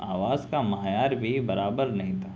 آواز کا معیار بھی برابر نہیں تھا